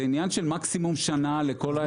זה עניין של מקסימום שנה לכל האירוע הזה.